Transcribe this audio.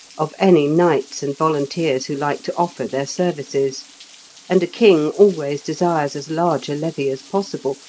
of any knights and volunteers who like to offer their services and a king always desires as large a levy as possible,